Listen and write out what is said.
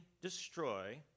destroy